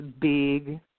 big